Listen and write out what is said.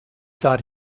thought